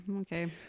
Okay